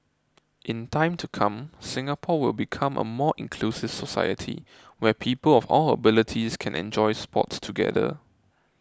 in time to come Singapore will become a more inclusive society where people of all abilities can enjoy sports together